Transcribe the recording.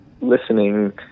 listening